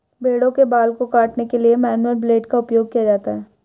भेड़ों के बाल को काटने के लिए मैनुअल ब्लेड का उपयोग किया जाता है